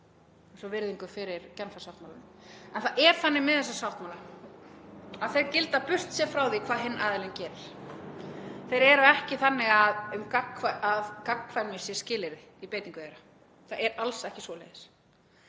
eins og virðingu fyrir Genfarsáttmálanum. En það er þannig með þessa sáttmála að þeir gilda burt séð frá því hvað hinn aðilinn gerir. Þeir eru ekki þannig að gagnkvæmni sé skilyrði í beitingu þeirra. Það er alls ekki svoleiðis.